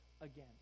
again